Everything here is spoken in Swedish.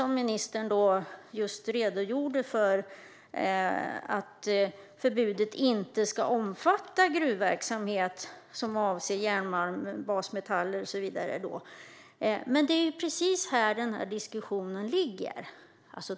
Ministern redogjorde dock just för att förbudet inte ska omfatta gruvverksamhet som avser järnmalm, basmetaller och så vidare. Men det är precis här diskussionen ligger.